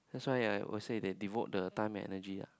that's why I will say they devote the time and energy ah